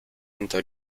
entre